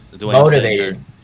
motivated